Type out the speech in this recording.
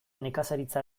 nekazaritza